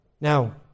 Now